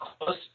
close